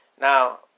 now